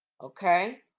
okay